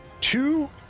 two